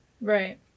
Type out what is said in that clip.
Right